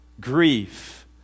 grief